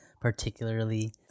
particularly